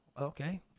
Okay